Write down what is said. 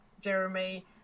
Jeremy